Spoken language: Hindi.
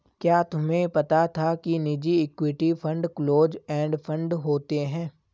क्या तुम्हें पता था कि निजी equity fund close end fund होते हैं?